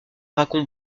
racon